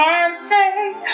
answers